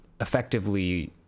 effectively